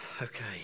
Okay